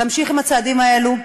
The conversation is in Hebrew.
תמשיך עם הצעדים האלה,